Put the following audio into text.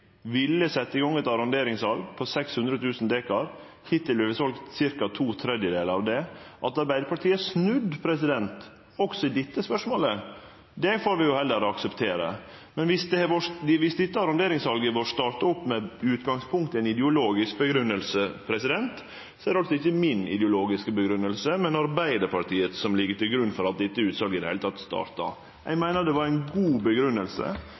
ville setje i gang eit arronderingssal på 600 000 dekar. Hittil er det selt ca. to tredjedelar av det. At Arbeidarpartiet har snudd, også i dette spørsmålet, får vi heller akseptere. Men dersom dette arronderingssalet vart starta opp med utgangspunkt i ei ideologisk grunngjeving, er det ikkje mi ideologiske grunngjeving, men Arbeidarpartiet si, som ligg til grunn for at dette utsalet starta i det heile. Eg meiner det var ei god